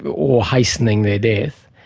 but or hastening their death,